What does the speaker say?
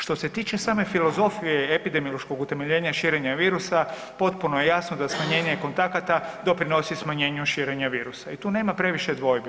Što se tiče same filozofije epidemiološkog utemeljenja širenja virusa potpuno je jasno da smanjenje kontakata doprinosi smanjenju širenja virusa i tu nema previše dvojbi.